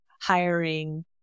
hiring